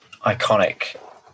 iconic